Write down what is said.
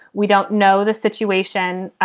we don't know the situation.